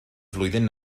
flwyddyn